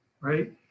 right